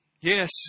Yes